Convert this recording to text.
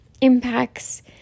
impacts